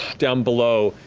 down below,